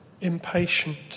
impatient